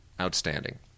outstanding